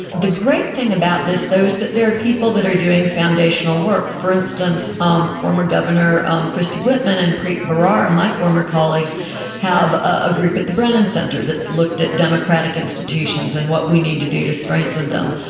the great thing about this though is that there are people that are doing foundational work for instance um former governor um christie whitman and preet bharara my former colleague have a group at the brennan center that's looked at democratic institutions and what we need to do to strengthen them.